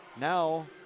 Now